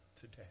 today